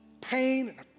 pain